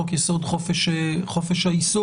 חוק יסוד: חופש העיסוק,